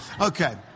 Okay